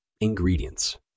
Ingredients